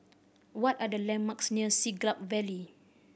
what are the landmarks near Siglap Valley